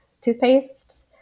toothpaste